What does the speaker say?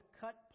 cut